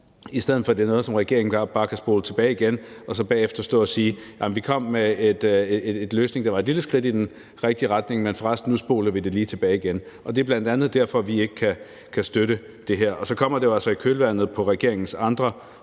i stedet for at det er noget, som regeringen bare kan spole tilbage – og så kan de bagefter stå og sige: Vi kom med en løsning, der var et lille skridt i den rigtige retning, men nu spoler vi det for resten lige tilbage igen. Det er bl.a. derfor, vi ikke kan støtte det her. Og så kommer det jo altså i kølvandet på regeringens mange